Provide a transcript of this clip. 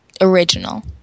original